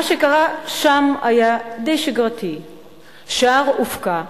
מה שקרה שם היה די שגרתי: שער הובקע,